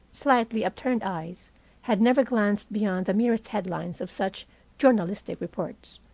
slightly upturned eyes had never glanced beyond the merest headlines of such journalistic reports.